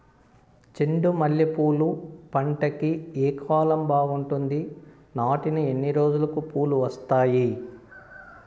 చెండు మల్లె పూలు పంట కి ఏ కాలం బాగుంటుంది నాటిన ఎన్ని రోజులకు పూలు వస్తాయి